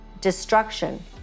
destruction